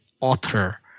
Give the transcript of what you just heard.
author